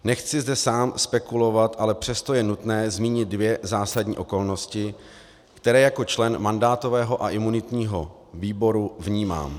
Nechci zde sám spekulovat, ale přesto je nutné zmínit dvě zásadní okolnosti, které jako člen mandátového a imunitního výboru vnímám.